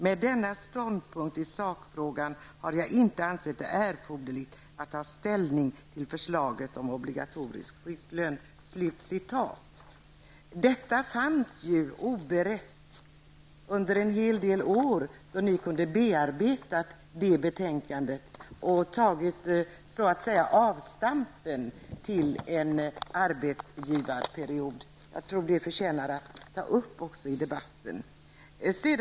Med denna ståndpunkt i sakfrågan har jag inte ansett det erforderligt att ta ställning till några detaljer i förslaget om obligatorisk sjuklön.'' Detta låg sedan oberett under en hel del år, då ni hade kunnat bearbeta betänkandet och så att säga göra avstampet till en arbetsgivarperiod. Jag tror att detta kan vara värt att nämna i debatten.